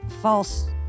false